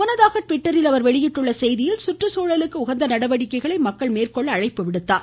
முன்னதாக ட்விட்டரில் அவர் வெளியிட்டுள்ள செய்தியில் சுற்றுச்சூழலுக்கு உகந்த நடவடிக்கைகளை மக்கள் மேற்கொள்ள அழைப்பு விடுத்தார்